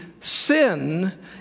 sin